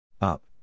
Up